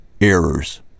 errors